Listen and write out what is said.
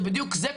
זה בדיוק זה.